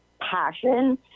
passion